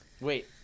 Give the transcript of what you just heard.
Wait